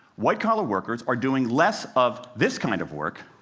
white-collar workers are doing less of this kind of work,